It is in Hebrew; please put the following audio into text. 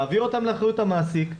להעביר אותם לאחריות המעסיק,